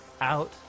out